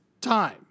time